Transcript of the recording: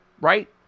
right